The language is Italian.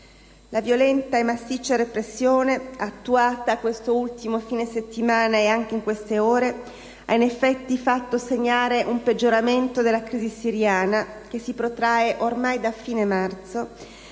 La violenta e massiccia repressione attuata quest'ultimo fine settimana - e anche in queste ore - ha in effetti fatto segnare un peggioramento della crisi siriana, che si protrae ormai da fine marzo,